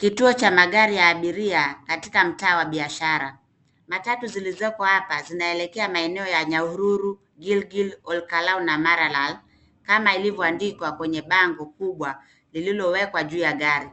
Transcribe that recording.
Kituo cha magari ya abiria katika mtaa wa biashara. Matatu zilizopo hapa zinaelekea maeneo ya Nyahururu, Gilgil, Olkalou na Maralal kama ilivyoandika kwenye bango kubwa lililowekwa juu ya gari.